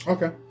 Okay